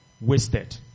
wasted